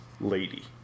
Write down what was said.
lady